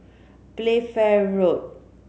Playfair Road